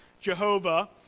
Jehovah